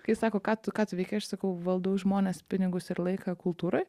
kai sako ką tu ką tu veiki aš sakau valdau žmones pinigus ir laiką kultūroj